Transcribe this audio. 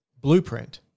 blueprint